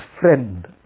friend